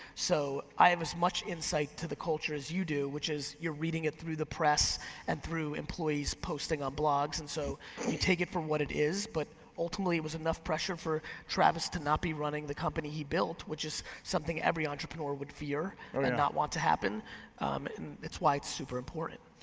so i have as much insight into the culture as you do, which is you're reading it through the press and through employees posting on blogs. and so you take it for what it is, but ultimately it was enough pressure for travis to not be running the company he built, which is something every entrepreneur would fear, and not want to happen. and that's why it's super important.